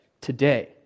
Today